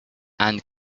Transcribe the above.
and